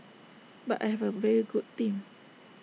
but I have A very good team